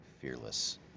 fearless